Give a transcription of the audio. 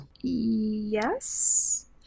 Yes